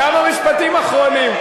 כמה משפטים אחרונים?